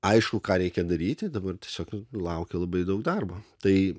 aišku ką reikia daryti dabar tiesiog laukia labai daug darbo tai